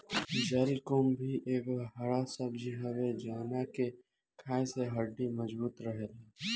जलकुम्भी एगो हरा सब्जी हवे जवना के खाए से हड्डी मबजूत रहेला